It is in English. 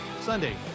sunday